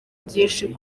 byinshi